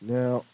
now